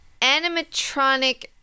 animatronic